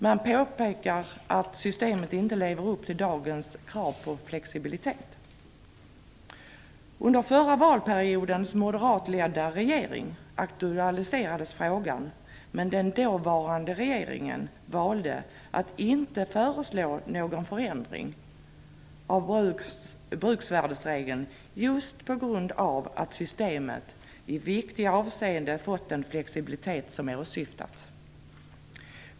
Man påpekar att systemet inte lever upp till dagens krav på flexibilitet. Under den förra valperiodens moderatledda regering aktualiserades frågan. Men den dåvarande regeringen valde att inte föreslå någon förändring av bruksvärdesregeln, just på grund av att systemet i viktiga avseenden fått den flexibilitet som åsyftats.